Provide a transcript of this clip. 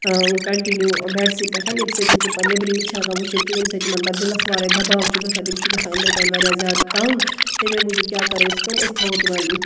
continue بیڈسٕے پٮ۪ٹھ ییٚمہِ سۭتۍ تِم پَتہٕ نیبرِم گاش چھِ ہٮ۪کان پَتہٕ وٕچھِتھ کِہیٖنۍ ییٚمہِ سۭتۍ پَتہٕ تِمن دِلَس واریاہ دَباو چھُ گژھان تِم چھِ گژھان أندرٕ کٔنۍ واریاہ زیادٕ تَنگ تَمہِ موٗجوٗب کیاہ کَرو أسۍ کٲم أسۍ تھاوو تِمن